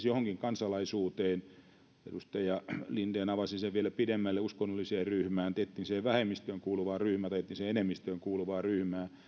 johonkin kansalaisuuteen edustaja linden avasi sen vielä pidemmälle uskonnolliseen ryhmään etniseen vähemmistöön kuuluvaan ryhmään tai etniseen enemmistöön kuuluvaan ryhmään